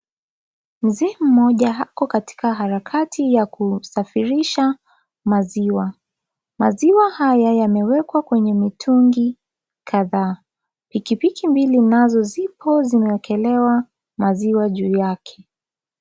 Mzee mmoja ako katika harakati ya kusafirisha maziwa. Maziwa haya yamewekwa kwenye mitungi kadhaa. Pikipiki mbili nazo zipo zimewekelewa maziwa juu yake.